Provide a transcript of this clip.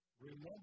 remember